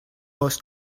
most